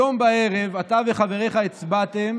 היום בערב אתה וחבריך הצבעתם